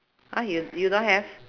!huh! you you don't have